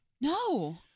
No